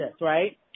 Right